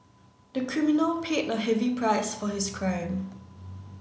the criminal paid a heavy price for his crime